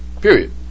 period